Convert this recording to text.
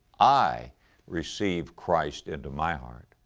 i receive christ into my heart.